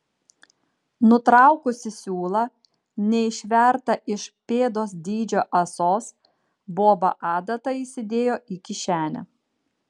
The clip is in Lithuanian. nutraukusi siūlą neišvertą iš pėdos dydžio ąsos boba adatą įsidėjo į kišenę